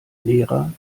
lehrer